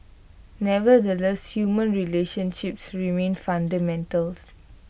nevertheless human relationships remain fundamentals